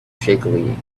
shakily